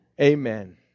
Amen